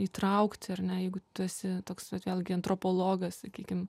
įtraukti ar ne jeigu tu esi toks vėlgi antropologas sakykim